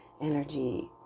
energy